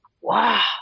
Wow